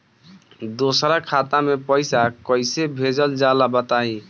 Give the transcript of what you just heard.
दोसरा खाता में पईसा कइसे भेजल जाला बताई?